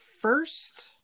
first